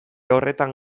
horretan